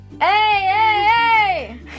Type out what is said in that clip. hey